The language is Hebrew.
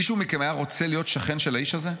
מישהו מכם היה רוצה להיות שכן של האיש הזה,